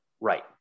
right